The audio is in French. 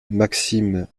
maxim